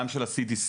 גם של ה-CDC,